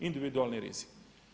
Individualni rizik.